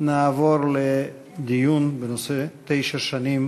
נעבור לדיון בנושא: תשע שנים